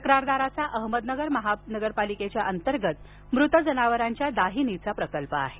तक्रारदाराचा अहमदनगर महानगरपालिकेच्या अंतर्गत मृत जनावरांच्या दाहिनीचा प्रकल्प आहे